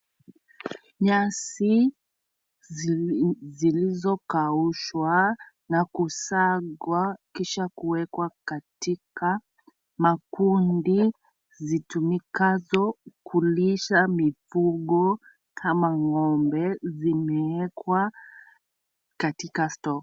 Nyasi zilizokaushwa na kushagwa kisha kuwekwa katika makundi zitumikazo kulisha mifugo kama ng'ombe zimewekwa katika store .